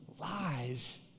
lies